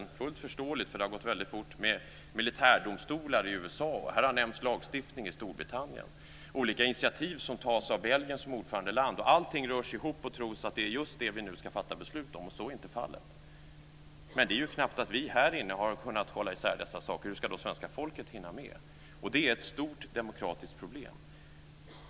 Det är fullt förståeligt, för det har gått väldigt fort. Det har gällt militärdomstolar i USA. Det har nämnts lagstiftning i Storbritannien och olika initiativ som tas av Belgien som ordförandeland. Allting rörs ihop, och man tror att det är just detta som vi nu ska fatta beslut om. Så är inte fallet. Men vi här inne har ju knappt kunnat hålla isär dessa saker. Hur ska då svenska folket hinna med? Det är ett stort demokratiskt problem.